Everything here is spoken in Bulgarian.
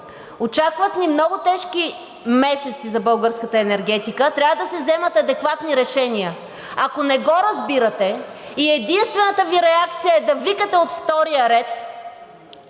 Очакват ни много тежки месеци за българската енергетика и трябва да се вземат адекватни решения. Ако не го разбирате и единствената Ви реакция е да викате от втория ред